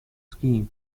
scheme